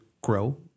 grow